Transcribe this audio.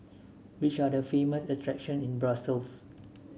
which are the famous attractions in Brussels